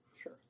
Sure